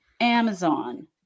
Amazon